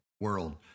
world